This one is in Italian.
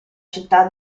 città